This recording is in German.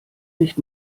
nicht